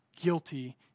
guilty